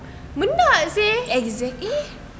benar seh